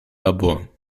labor